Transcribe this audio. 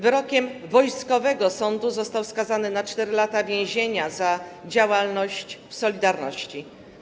Wyrokiem sądu wojskowego został skazany na 4 lata więzienia za działalność w „Solidarności”